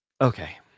Okay